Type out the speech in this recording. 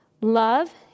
Love